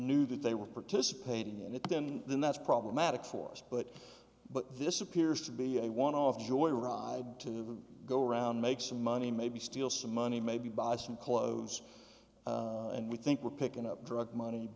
knew that they were participating in it then then that's problematic for us but but this appears to be a one off joyride to go around make some money maybe steal some money maybe buy some clothes and we think we're picking up drug money